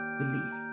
belief